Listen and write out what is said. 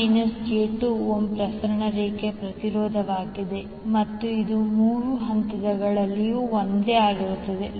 5 j2 ohm ಪ್ರಸರಣ ರೇಖೆಯ ಪ್ರತಿರೋಧವಾಗಿದೆ ಮತ್ತು ಇದು ಮೂರು ಹಂತಗಳಲ್ಲೂ ಒಂದೇ ಆಗಿರುತ್ತದೆ